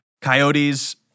coyotes